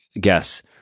guess